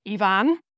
Ivan